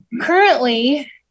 Currently